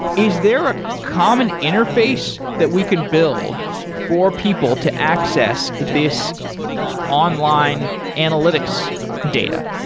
is there a common interface that we can build for people to access this online analytics data?